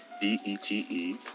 b-e-t-e